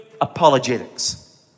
apologetics